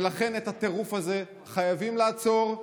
ולכן את הטירוף הזה חייבים לעצור.